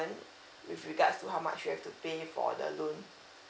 with regards to how much you have to pay for the loan